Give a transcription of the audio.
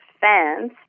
fans